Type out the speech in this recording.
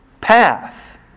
path